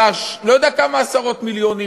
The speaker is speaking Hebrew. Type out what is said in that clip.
של לא יודע כמה עשרות מיליונים